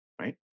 right